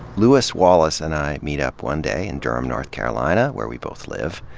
lewis wallace and i meet up one day in durham, north carolina, where we both live.